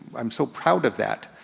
i'm so proud of that,